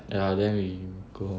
ya then we go home